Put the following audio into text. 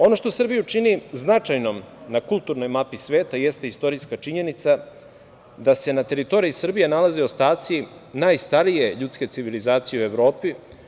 Ono što Srbiju čini značajnom na kulturnoj mapi sveta jeste istorijska činjenica da se na teritoriji Srbije nalaze ostaci najstarije ljudske civilizacije u Evropi.